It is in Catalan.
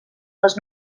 les